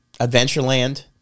Adventureland